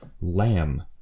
Lamb